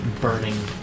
burning